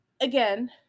again